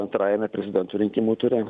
antrajame prezidento rinkimų ture